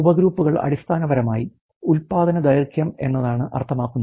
ഉപഗ്രൂപ്പുകൾ അടിസ്ഥാനപരമായി ഉത്പാദന ദൈർഘ്യം എന്നാണ് അർത്ഥമാക്കുന്നത്